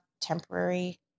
temporary